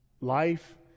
Life